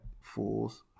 fools